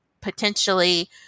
potentially